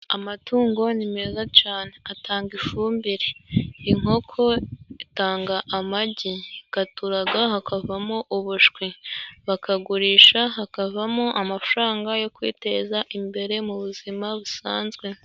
Amatungo ni meza cane atanga ifumbire, inkoko itanga amagi igaturaga hakavamo ubushwi bakagurisha hakavamo amafaranga yo kwiteza imbere mu buzima busanzwe.